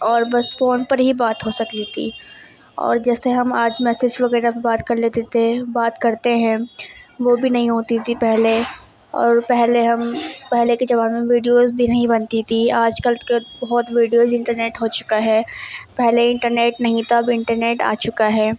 اور بس فون پر ہی بات ہو سک رہی تھی اور جیسے ہم آج میسج وغیرہ پہ بات کر لیتے تھے بات کرتے ہیں وہ بھی نہیں ہوتی تھی پہلے اور پہلے ہم پہلے کے زمانوں میں ویڈیوز بھی نہیں بنتی تھی آج کل کے بہت ویڈیوز انٹرنیٹ ہو چکا ہے پہلے انٹرنیٹ نہیں تھا اب انٹرنیٹ آ چکا ہے